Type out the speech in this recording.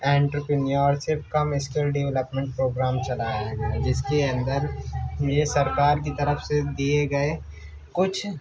inter پرینیور شپ cum skill development programme چلا رہے ہیں جس کے اندر یہ سرکار کی طرف سے دیے گئے کچھ